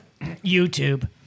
YouTube